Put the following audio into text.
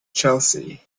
chelsea